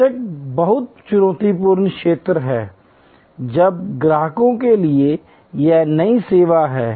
बेशक बहुत चुनौतीपूर्ण क्षेत्र है नए ग्राहकों के लिए यह नई सेवा है